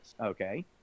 Okay